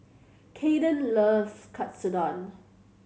Kaeden love Katsudon